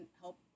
help